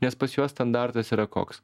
nes pas juos standartas yra koks